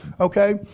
okay